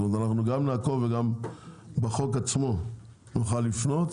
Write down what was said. זאת אומרת אנחנו גם נעקוב וגם בחוק עצמו נוכל לפנות.